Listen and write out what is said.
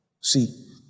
See